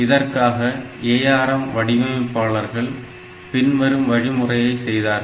இதற்காக ARM வடிவமைப்பாளர்கள் பின்வரும் வழிமுறையை செய்தார்கள்